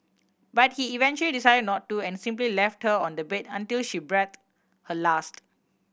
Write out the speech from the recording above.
but he eventually decided not to and simply left her on the bed until she breathed her last